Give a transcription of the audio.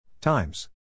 Times